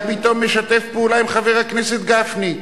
פתאום משתף פעולה עם חבר הכנסת גפני,